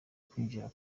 kwinjira